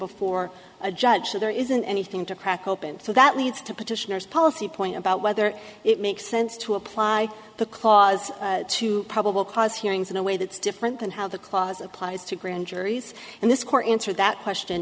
before a judge there isn't anything to crack open so that leads to petitioners policy point about whether it makes sense to apply the clause to probable cause hearings in a way that's different than how the clause applies to grand juries and this court answered that question